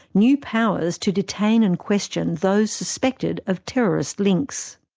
new powers to detain and question those suspected of terrorist links.